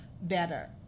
better